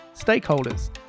stakeholders